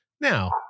now